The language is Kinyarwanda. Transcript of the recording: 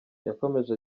yakomeje